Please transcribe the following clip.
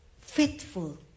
faithful